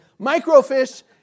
Microfish